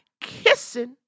kissing